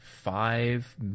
five